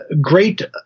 great